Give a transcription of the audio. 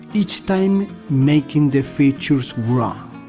each time making the features wrong.